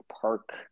Park